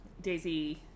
Daisy